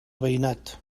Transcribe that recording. veïnat